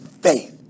faith